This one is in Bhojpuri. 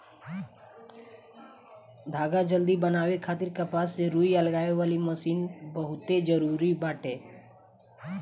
धागा जल्दी बनावे खातिर कपास से रुई अलगावे वाली मशीन बहुते जरूरी बाटे